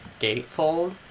gatefold